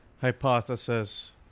hypothesis